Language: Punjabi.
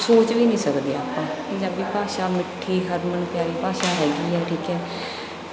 ਸੋਚ ਵੀ ਨਹੀਂ ਸਕਦੇ ਆਪਾਂ ਪੰਜਾਬੀ ਭਾਸ਼ਾ ਮਿੱਠੀ ਹਰਮਨ ਪਿਆਰੀ ਭਾਸ਼ਾ ਹੈਗੀ ਹੈ ਠੀਕ ਹੈ